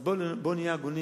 אז בואו נהיה הגונים